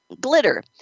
Glitter